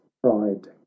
pride